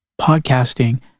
Podcasting